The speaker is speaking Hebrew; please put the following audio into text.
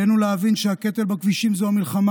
עלינו להבין שהקטל בכבישים הוא המלחמה